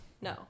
No